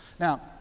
Now